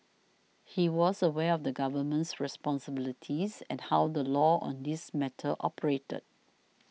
he was aware of the Government's responsibilities and how the law on this matter operated